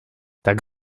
tak